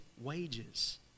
wages